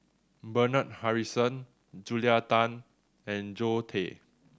Bernard Harrison Julia Tan and Zoe Tay